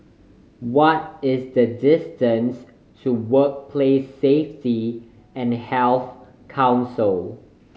what is the distance to Workplace Safety and Health Council